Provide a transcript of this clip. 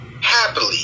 happily